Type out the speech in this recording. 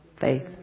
Faith